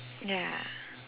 ya